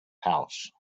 house